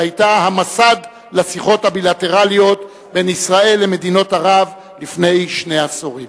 שהיתה המסד לשיחות הבילטרליות בין ישראל למדינות ערב לפני שני עשורים.